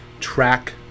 track